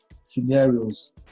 scenarios